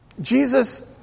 Jesus